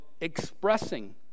expressing